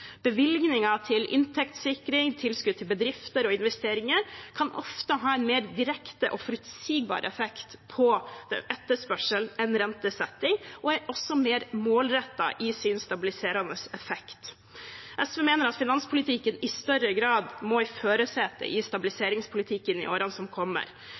til inntektssikring og tilskudd til bedriftsinvesteringer kan ofte ha en mer direkte og forutsigbar effekt på etterspørsel enn rentesetting og er også mer målrettet i sin stabiliserende effekt. SV mener at finanspolitikken i større grad må i førersetet i stabiliseringspolitikken i årene som kommer.